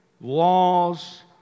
laws